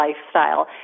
lifestyle